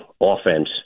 offense